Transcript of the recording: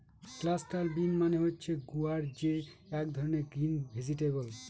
cluster bean মানে হচ্ছে গুয়ার যে এক ধরনের গ্রিন ভেজিটেবল